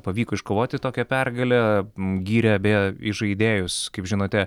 pavyko iškovoti tokią pergalę gyrė beje įžaidėjus kaip žinote